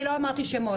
אני לא אמרתי שמות.